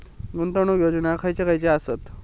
गुंतवणूक योजना खयचे खयचे आसत?